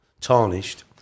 tarnished